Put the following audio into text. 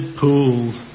pools